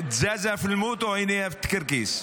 (אומרים דברים בשפה המרוקאית.)